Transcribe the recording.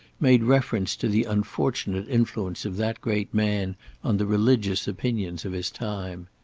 made reference to the unfortunate influence of that great man on the religious opinions of his time.